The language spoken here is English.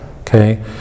okay